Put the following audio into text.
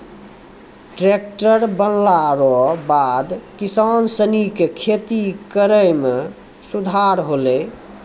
tractor बनला रो बाद किसान सनी के खेती करै मे सुधार होलै